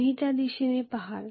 तुम्ही त्या दिशेने पहाल